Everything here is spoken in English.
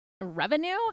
revenue